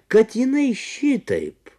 kad jinai šitaip